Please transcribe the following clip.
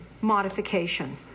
modification